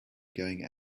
going